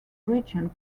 region